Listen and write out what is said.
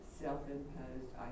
self-imposed